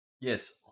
Yes